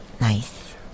Nice